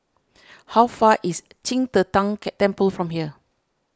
how far away is Qing De Tang Temple from here